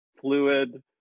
fluid